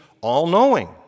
all-knowing